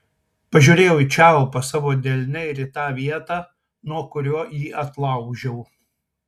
pažiūrėjau į čiaupą savo delne ir į tą vietą nuo kurio jį atlaužiau